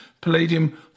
palladium